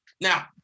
Now